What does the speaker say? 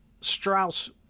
Strauss